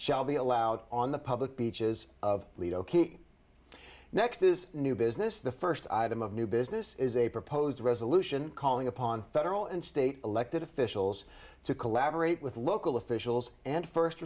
shall be allowed on the public beaches of lido key next is new business the first item of new business is a proposed resolution calling upon federal and state elected officials to collaborate with local officials and first